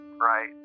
right